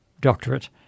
doctorate